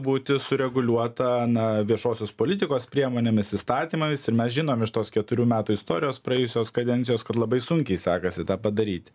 būti sureguliuota na viešosios politikos priemonėmis įstatymais ir mes žinom iš tos keturių metų istorijos praėjusios kadencijos kad labai sunkiai sekasi tą padaryt